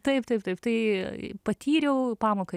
taip taip taip tai patyriau pamoką